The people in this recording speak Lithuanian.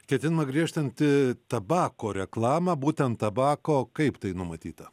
ketinama griežtinti tabako reklamą būtent tabako kaip tai numatyta